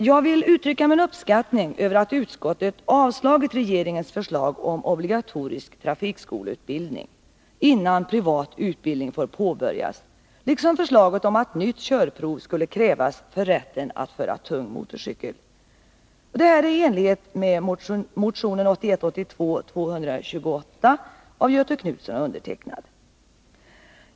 Jag vill uttrycka min uppskattning över att utskottet avstyrkte regeringens förslag om obligatorisk trafikskoleutbildning innan privat utbildning får påbörjas, liksom förslaget om att nytt körprov skulle krävas för rätten att föra tung motorcykel. Det är i enlighet med motionen 1981/82:228 av Göthe Knutson och mig.